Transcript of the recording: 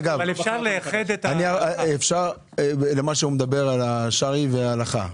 לגבי השרעי וההלכה,